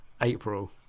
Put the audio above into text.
April